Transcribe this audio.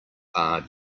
are